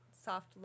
soft